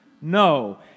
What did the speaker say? No